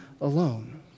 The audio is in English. alone